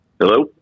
Hello